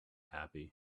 happy